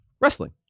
Wrestling